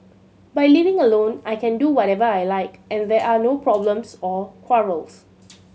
by living alone I can do whatever I like and there are no problems or quarrels